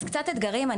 קצת אתגרים,